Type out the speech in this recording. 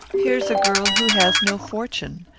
here's a girl who has no fortune.